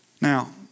Now